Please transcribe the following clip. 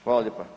Hvala lijepa.